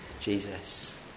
jesus